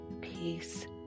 peace